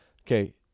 okay